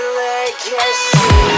legacy